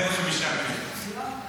105 מיליארד,